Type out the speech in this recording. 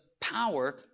power